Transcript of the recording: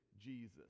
Jesus